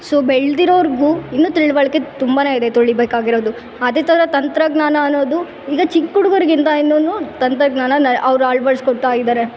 so ಬೆಳೆದಿರೋರ್ಗು ಇನ್ನು ತಿಳುವಳ್ಕೆ ತುಂಬಾ ಇದೆ ತಿಳಿಬೇಕಾಗಿರೋದು ಅದೇ ಥರ ತಂತ್ರಜ್ಞಾನ ಅನ್ನೋದು ಈಗ ಚಿಕ್ಕ ಹುಡುಗರಿಂದನು ತಂತ್ರಜ್ಞಾನ ನಯ ಅವ್ರು ಅಳವಡಿಸ್ಕೊಳ್ತಾಯಿದಾರೆ